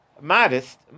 modest